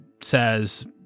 says